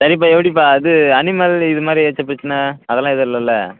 சரிப்பா எப்படிப்பா இது அனிமல் இதுமாதிரி ஏதாச்சும் பிரச்சனைஅதெல்லாம் எதுவும் இல்லைல்ல